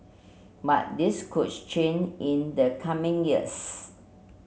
but this could change in the coming years